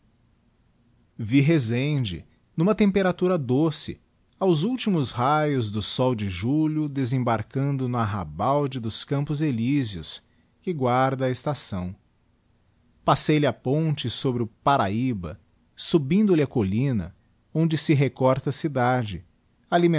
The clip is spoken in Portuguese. vi rezende n'uma temperatura doce aos últimos raios do sol de julho desembarcando no arrabalde dos campos eiysios que guarda a estação passei-lhe a ponte sobre o parahyba subindo lhe a collina onde se recorta a cidade